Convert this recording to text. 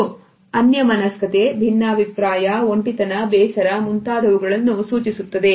ಇದು ಅನ್ಯಮನಸ್ಕತೆ ಭಿನ್ನಾಭಿಪ್ರಾಯ ಒಂಟಿತನ ಬೇಸರ ಮುಂತಾದವನ್ನು ಸೂಚಿಸುತ್ತದೆ